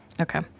Okay